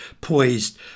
poised